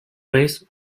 vez